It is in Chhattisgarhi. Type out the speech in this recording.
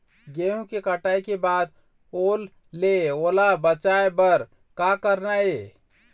गेहूं के कटाई के बाद ओल ले ओला बचाए बर का करना ये?